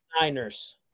Niners